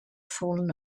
fallen